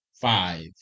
Five